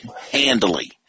handily